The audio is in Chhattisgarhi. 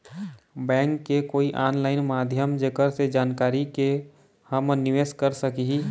बैंक के कोई ऑनलाइन माध्यम जेकर से जानकारी के के हमन निवेस कर सकही?